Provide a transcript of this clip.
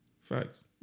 Facts